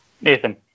Nathan